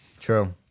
True